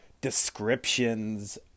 descriptions